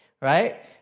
right